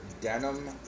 denim